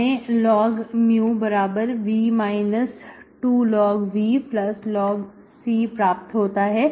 हमें log μv 2 log v log C प्राप्त होता है